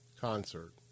concert